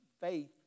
faith